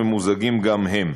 ממוזגים גם הם.